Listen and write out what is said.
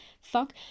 fuck